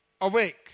Awake